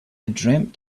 dreamt